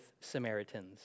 Samaritans